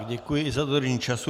Děkuji i za dodržení času.